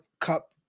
Cup